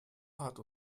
hat